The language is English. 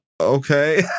okay